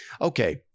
Okay